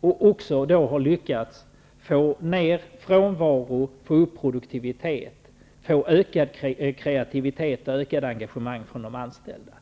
och som även har lyckats få ned frånvaron och upp produktiviteten, som har lyckats få ökad kreativitet och ökat engagemang från de anställda.